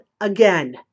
again